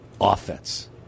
offense